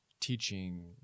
teaching